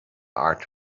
art